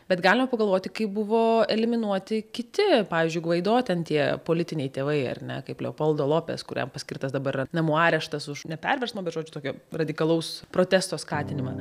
bet galim pagalvoti kaip buvo eliminuoti kiti pavyzdžiui gvaido ten tie politiniai tėvai ar ne kaip leopoldo lopes kuriam paskirtas dabar yra namų areštas už ne perversmą bet žodžiu tokio radikalaus protesto skatinimą